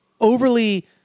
overly